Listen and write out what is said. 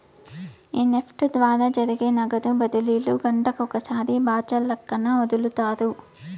ఈ నెఫ్ట్ ద్వారా జరిగే నగదు బదిలీలు గంటకొకసారి బాచల్లక్కన ఒదులుతారు